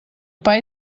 pai